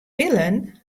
pillen